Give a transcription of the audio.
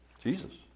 Jesus